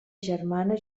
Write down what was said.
germana